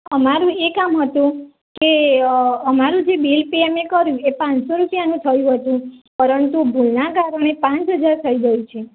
અ મારું એ કામ હતું કે અમારું જે બિલ પે અમે કર્યું એ પાંચસો રૂપિયાનું થયું હતું પરંતુ ભૂલનાં કારણે પાંચ હજાર થઇ ગયું છે